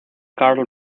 karl